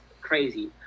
crazy